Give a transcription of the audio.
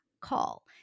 call